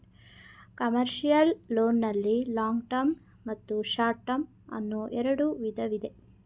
commercial loan ನಲ್ಲಿ long term ಮತ್ತು short term ಅನ್ನೋ ಎರಡು ವಿಧ ಇದೆ